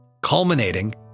culminating